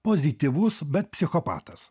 pozityvus bet psichopatas